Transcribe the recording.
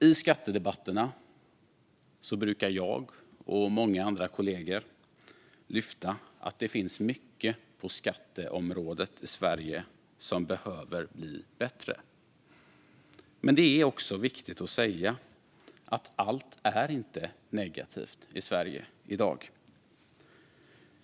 I skattedebatterna brukar jag och många kollegor lyfta fram att det finns mycket på skatteområdet i Sverige som behöver bli bättre, men det är också viktigt att säga att allt inte är negativt i Sverige i dag.